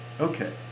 Okay